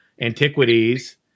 antiquities